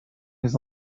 his